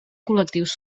col·lectius